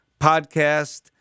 podcast